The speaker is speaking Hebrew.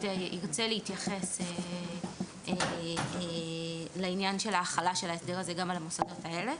ירצה להתייחס לעניין של ההחלה של ההסדר הזה גם על המוסדות האלה.